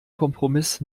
kompromiss